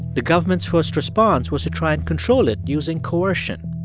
the government's first response was to try and control it using coercion,